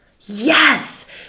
Yes